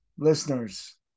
listeners